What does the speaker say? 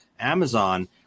Amazon